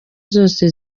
zose